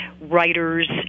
writers